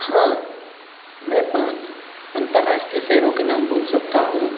हाँ मैं पांच अंतर्राष्ट्रीय शाहरों के नाम बोल सकता हूँ